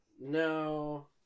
No